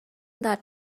that